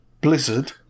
blizzard